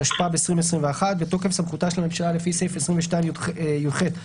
התשפ"ב 2021 בתוקף סמכותה של הממשלה לפי סעיף 22יח לחוק